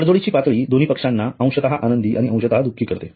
तडजोडीची पातळी दोन्ही पक्षांना अंशतः आनंदी आणि अंशतः दुःखी करते